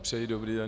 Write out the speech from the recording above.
Přeji dobrý den.